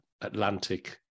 Atlantic